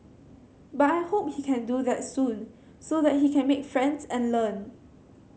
but I hope he can do that soon so that he can make friends and learn